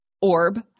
orb